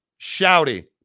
Shouty